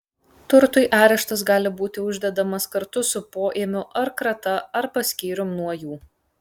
turtui areštas gali būti uždedamas kartu su poėmiu ar krata arba skyrium nuo jų